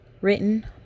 written